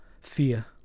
fear